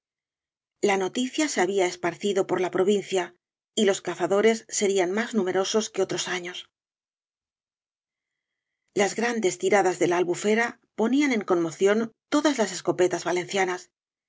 la noticia se había esparcido por la provincia y los cazadores serían más numerosos que otros años gañas y barro bl las grandes tiradaa de la albufera ponían en conmoción todas las escopetas valencianas